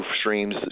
streams